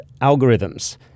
algorithms